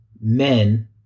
men